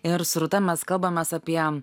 ir su rūta mes kalbamės apie